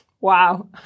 Wow